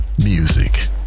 Music